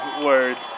words